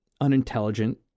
unintelligent